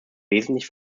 wesentlich